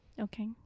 Okay